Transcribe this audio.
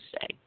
say